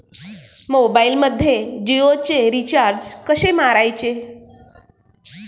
मोबाइलमध्ये जियोचे रिचार्ज कसे मारायचे?